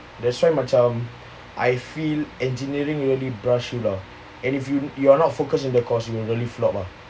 that's why macam I feel engineering early brush you lah and if you you are not focus in the course you will really flop ah